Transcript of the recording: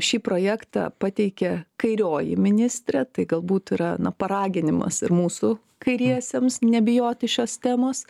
šį projektą pateikė kairioji ministrė tai galbūt yra na paraginimas ir mūsų kairiesiems nebijoti šios temos